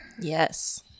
Yes